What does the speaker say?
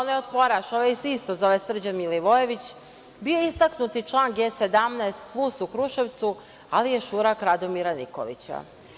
Onaj Otporaš?) Ne Otporaš, i ovaj se isto zove Srđan Milivojević, bio istaknuti član G17+ u Kruševcu, ali je šurak Radomira Nikolića.